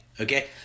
okay